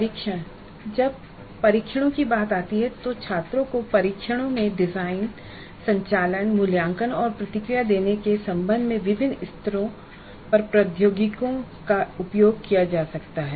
परीक्षण जब परीक्षणों की बात आती है तो छात्रों को परीक्षणों में डिजाइन संचालन मूल्यांकन और प्रतिक्रिया देने के संबंध में विभिन्न स्तरों पर प्रौद्योगिकियों का उपयोग किया जा सकता है